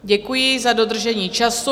Děkuji za dodržení času.